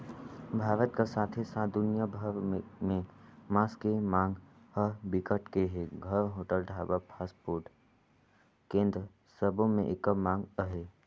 भारत कर साथे साथ दुनिया भर में मांस के मांग ह बिकट के हे, घर, होटल, ढाबा, फास्टफूड केन्द्र सबो में एकर मांग अहे